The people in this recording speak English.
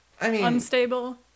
unstable